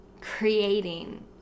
creating